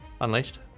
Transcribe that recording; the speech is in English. Unleashed